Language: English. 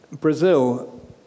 Brazil